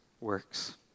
works